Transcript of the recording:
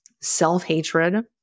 self-hatred